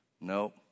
Nope